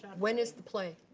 when is the play?